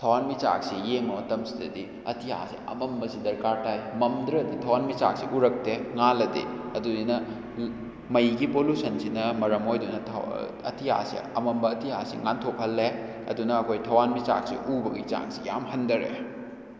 ꯊꯋꯥꯟ ꯃꯤꯆꯥꯛꯁꯤ ꯌꯦꯡꯕ ꯃꯇꯝꯁꯤꯗꯗꯤ ꯑꯇꯤꯌꯥꯁꯤ ꯑꯃꯝꯕ ꯗꯔꯀꯥꯔ ꯇꯥꯏ ꯃꯝꯗ꯭ꯔꯗꯤ ꯊꯋꯥꯟ ꯃꯤꯆꯥꯛꯁꯤ ꯎꯔꯛꯇꯦ ꯉꯥꯜꯂꯗꯤ ꯑꯗꯨꯅꯤꯅ ꯃꯩꯒꯤ ꯄꯣꯂꯨꯁꯟꯁꯤ ꯃꯔꯝ ꯑꯣꯏꯗꯨꯅ ꯑꯇꯤꯌꯥꯁꯦ ꯑꯃꯝꯕ ꯑꯇꯤꯌꯥꯁꯦ ꯉꯥꯟꯊꯣꯛꯍꯜꯂꯦ ꯑꯗꯨꯅ ꯑꯩꯈꯣꯏ ꯊꯋꯥꯟ ꯃꯤꯆꯥꯛꯁꯤ ꯎꯕꯒꯤ ꯆꯥꯡꯁꯤ ꯌꯥꯝ ꯍꯟꯊꯔꯦ